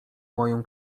moją